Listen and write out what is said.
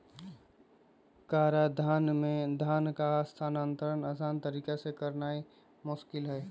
कराधान में धन का हस्तांतरण असान तरीका से करनाइ मोस्किल हइ